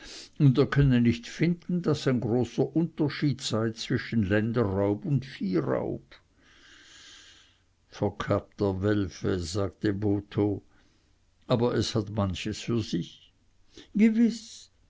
und er könne nicht finden daß ein großer unterschied sei zwischen länderraub und viehraub verkappter welfe sagte botho aber es hat manches für sich gewiß